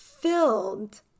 filled